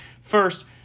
First